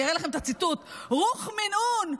אני אראה לכם את הציטוט: רוח מן הון,